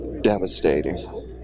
devastating